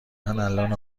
الان